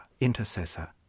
intercessor